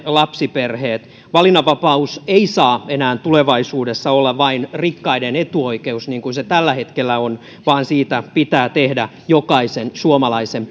lapsiperheet valinnanvapaus ei saa enää tulevaisuudessa olla vain rikkaiden etuoikeus niin kuin se tällä hetkellä on vaan siitä pitää tehdä jokaisen suomalaisen